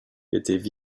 était